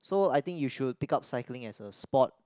so I think you should pick up cycling as a sport